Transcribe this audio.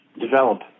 develop